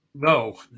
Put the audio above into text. No